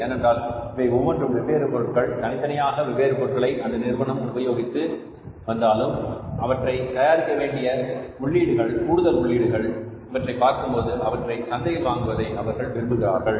ஏனென்றால் இவை ஒவ்வொன்றும் வெவ்வேறு பொருட்கள் தனித்தனியாக வெவ்வேறு பொருட்களை அந்த நிறுவனம் உபயோகித்து வந்தாலும் அவற்றை தயாரிக்க வேண்டிய உள்ளீடுகள் கூடுதல் உள்ளீடுகள் இவற்றை பார்க்கும் போது அவற்றை சந்தையில் வாங்குவதை அவர்கள் விரும்புகிறார்கள்